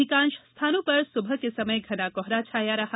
अधिकांष स्थानों पर सुबह के समय घना कोहरा छाया रहा